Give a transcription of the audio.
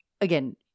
again